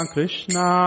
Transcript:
Krishna